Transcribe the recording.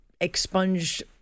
expunged